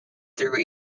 through